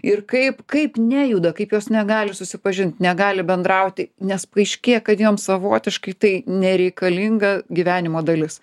ir kaip kaip nejuda kaip jos negali susipažint negali bendrauti nes paaiškėja kad joms savotiškai tai nereikalinga gyvenimo dalis